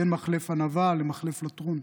בין מחלף ענבה למחלף לטרון.